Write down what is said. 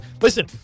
Listen